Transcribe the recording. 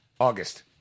August